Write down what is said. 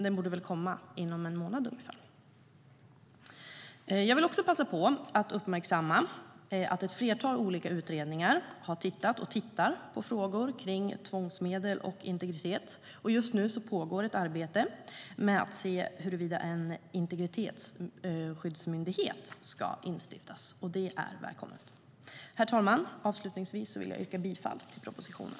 Den borde komma om ungefär en månad. Jag vill också passa på att uppmärksamma att ett flertal olika utredningar har tittat och tittar på frågor kring tvångsmedel och integritet. Just nu pågår ett arbete med att se över huruvida en integritetsskyddsmyndighet ska instiftas. Det är välkommet. Herr talman! Avslutningsvis vill jag yrka bifall till propositionen.